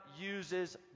uses